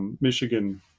Michigan